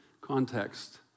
context